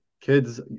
kids